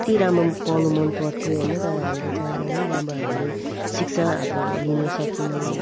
यति राम्रो पढ्नु मन पर्थ्यो हैन तर हामीले चाहँदा चाहँदै पनि राम्रो हामीले शिक्षा अब लिनु सकेनौँ